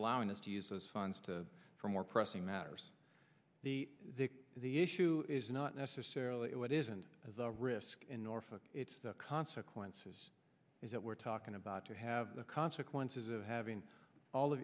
allowing us to use those funds to for more pressing matters the the issue is not necessarily it isn't as a risk in norfolk it's the consequences is that we're talking about to have the consequences of having all